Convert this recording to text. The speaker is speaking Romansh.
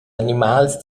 animals